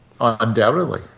Undoubtedly